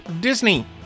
Disney